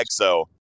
exo